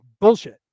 bullshit